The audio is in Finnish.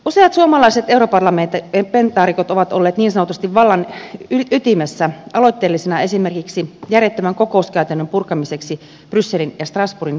useat suomalaiset europarlamentaarikot ovat olleet niin sanotusti vallan ytimessä aloitteellisina esimerkiksi järjettömän kokouskäytännön purkamiseksi brysselin ja strasbourgin välillä